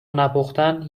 نپختن